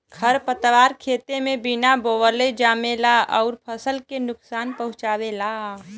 खरपतवार खेते में बिना बोअले जामेला अउर फसल के नुकसान पहुँचावेला